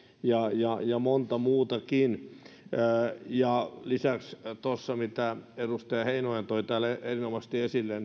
ja monet muutkin lisäksi siihen mitä edustaja heinonen toi täällä erinomaisesti esille